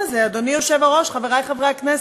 אדוני היושב-ראש, חברי חברי הכנסת,